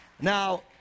Now